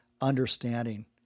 understanding